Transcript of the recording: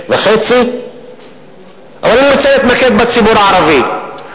56.5%; אבל אני רוצה להתמקד בציבור הערבי.